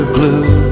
Blue